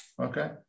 Okay